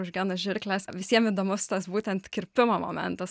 už genų žirkles visiem įdomus tas būtent kirpimo momentas